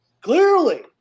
Clearly